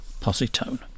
Positone